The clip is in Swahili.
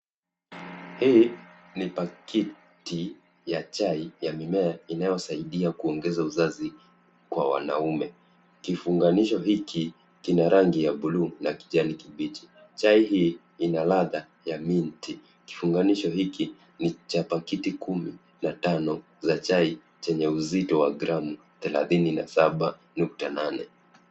Hii ni pakiti ya chai ya mimea inayosaidia kuongeza uzazi kwa wanaume. Kifunganisho hiki kina rangi ya bluu na kijani kibichi. Chai hii ina ladha ya miti. Kifunganisho hiki, ni cha pakiti kumi na tano za chai chenye uzito wa gramu thelathini na saba nukta nane.